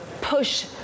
push